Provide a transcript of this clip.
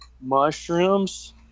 mushrooms